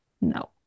No